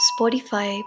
Spotify